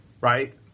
right